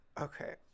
Okay